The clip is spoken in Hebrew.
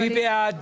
מי בעד?